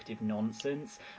nonsense